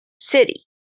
city